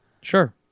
Sure